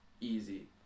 easy